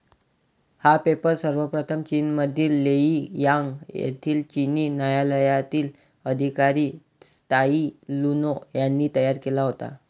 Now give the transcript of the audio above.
हा पेपर सर्वप्रथम चीनमधील लेई यांग येथील चिनी न्यायालयातील अधिकारी त्साई लुन यांनी तयार केला होता